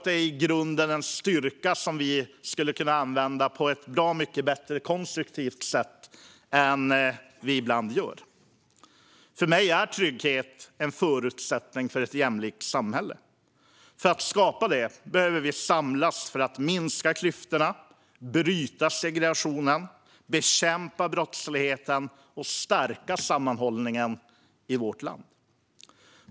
Det är i grunden en styrka som vi skulle kunna använda mycket mer konstruktivt än vi ibland gör. För mig är trygghet en förutsättning för ett jämlikt samhälle. För att skapa det behöver vi samlas för att minska klyftorna, bryta segregationen, bekämpa brottsligheten och stärka sammanhållningen i vårt land.